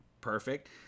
perfect